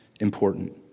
important